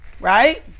right